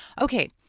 Okay